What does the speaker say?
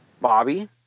Bobby